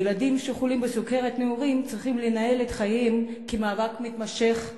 ילדים שחולים בסוכרת נעורים צריכים לנהל את חייהם כמאבק מתמשך,